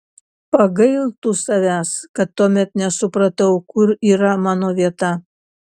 pagailtų savęs kad tuomet nesupratau kur yra mano vieta